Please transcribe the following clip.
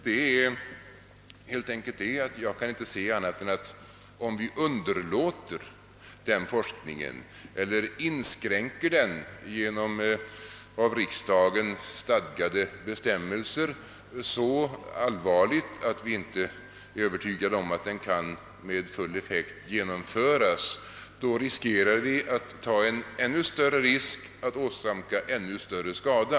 Det är helt enkelt det, att om vi underlåter denna forskning eler inskränker den genom av riksdagen stadgade bestämmelser så allvarligt, att den inte kan genomföras tillfredsställande, riskerar vi att åstad komma en ännu större skada.